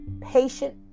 patient